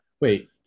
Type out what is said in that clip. Wait